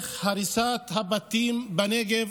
המשך הריסת הבתים בנגב.